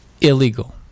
illegal